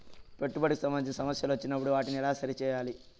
పెట్టుబడికి సంబంధించిన సమస్యలు వచ్చినప్పుడు వాటిని ఎలా సరి చేయాలి?